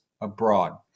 abroad